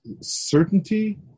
certainty